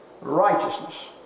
righteousness